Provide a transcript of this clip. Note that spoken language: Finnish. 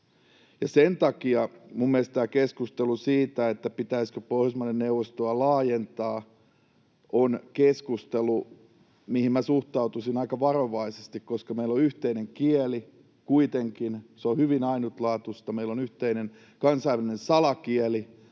Sen takia minun mielestäni keskustelu siitä, pitäisikö Pohjoismaiden neuvostoa laajentaa, on keskustelu, mihin minä suhtautuisin aika varovaisesti, koska meillä on kuitenkin yhteinen kieli. Se on hyvin ainutlaatuista. Meillä on yhteinen kansainvälinen salakieli,